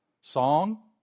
song